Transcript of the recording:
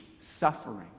suffering